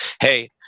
hey